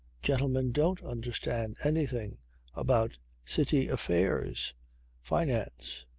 gentlemen don't understand anything about city affairs finance.